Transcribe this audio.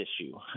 issue